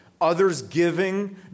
others-giving